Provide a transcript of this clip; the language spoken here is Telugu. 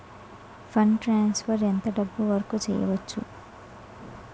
ఫండ్ ట్రాన్సఫర్ ఎంత డబ్బు వరుకు చేయవచ్చు?